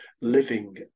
living